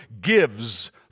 gives